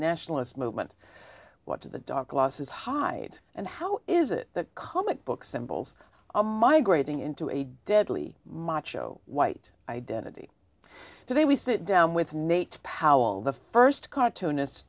nationalist movement what are the dark glasses hide and how is it that comic book symbols a migrating into a deadly macho white identity today we sit down with nate powell the first cartoonist